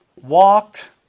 Walked